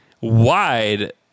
wide